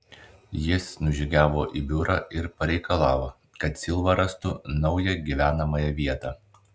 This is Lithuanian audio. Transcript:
jis nužygiavo į biurą ir pareikalavo kad silva rastų naują gyvenamąją vietą